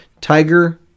Tiger